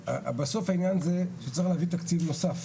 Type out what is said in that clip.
בסוף העניין זה שצריך להביא תקציב נוסף.